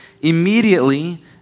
immediately